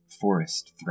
forest